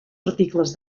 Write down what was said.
articles